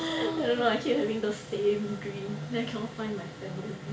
I don't know I keep having those same dream then cannot find my family